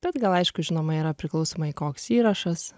bet gana aišku žinoma yra priklausomai koks įrašas